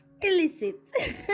Illicit